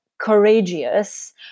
courageous